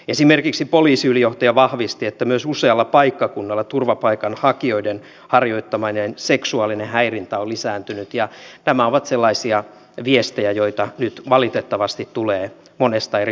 esimerkiksi poliisiylijohtaja vahvisti että myös usealla paikkakunnalla turvapaikanhakijoiden harjoittama seksuaalinen häirintä on lisääntynyt ja nämä ovat sellaisia viestejä joita nyt valitettavasti tulee monesta eri paikasta